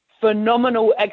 phenomenal